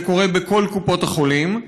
זה קורה בכל קופות החולים.